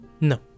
No